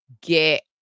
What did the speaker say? get